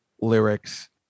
lyrics